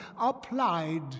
applied